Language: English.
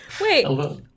Wait